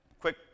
Quick